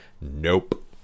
Nope